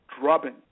drubbing